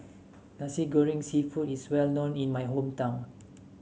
Nasi Goreng seafood is well known in my hometown